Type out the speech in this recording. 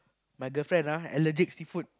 my girlfriend ah allergic seafood